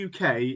UK